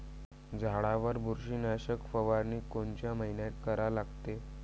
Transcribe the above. झाडावर बुरशीनाशक फवारनी कोनच्या मइन्यात करा लागते?